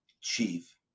chief